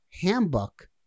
handbook